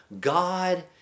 God